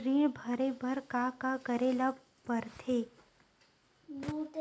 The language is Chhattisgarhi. ऋण भरे बर का का करे ला परथे?